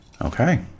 okay